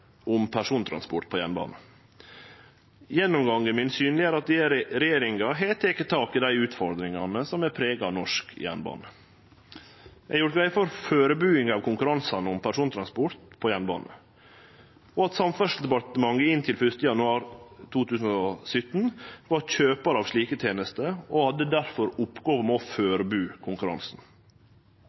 om persontransport på jernbane. Gjennomgangen min synleggjer at regjeringa har teke tak i dei utfordringane som har prega norsk jernbane. Eg har gjort greie for førebuinga av konkurransane om persontransport på jernbane og at Samferdselsdepartementet inntil 1. januar 2017 var kjøpar av slike tenester og difor hadde oppgåva med å førebu konkurransen.